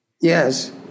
Yes